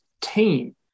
team